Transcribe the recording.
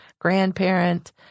grandparent